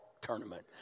tournament